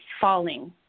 falling